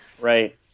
right